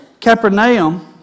Capernaum